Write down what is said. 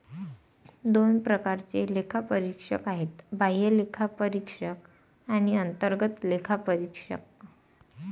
दोन प्रकारचे लेखापरीक्षक आहेत, बाह्य लेखापरीक्षक आणि अंतर्गत लेखापरीक्षक